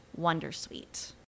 Wondersuite